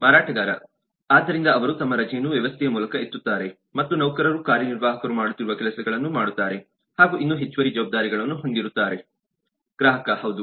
ಮಾರಾಟಗಾರ ಆದ್ದರಿಂದ ಅವರು ತಮ್ಮ ರಜೆಗಳನ್ನು ವ್ಯವಸ್ಥೆಯ ಮೂಲಕ ಎತ್ತುತ್ತಾರೆ ಮತ್ತು ನೌಕರರು ಕಾರ್ಯನಿರ್ವಾಹಕರು ಮಾಡುತ್ತಿರುವ ಕೆಲಸಗಳನ್ನು ಮಾಡುತ್ತಾರೆ ಹಾಗೂ ಇನ್ನೂ ಹೆಚ್ಚುವರಿ ಜವಾಬ್ದಾರಿಗಳನ್ನು ಹೊಂದಿರುತ್ತಾರೆ ಗ್ರಾಹಕ ಹೌದು